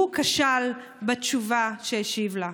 והוא כשל בתשובה שהשיב לה.